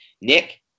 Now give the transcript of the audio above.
Nick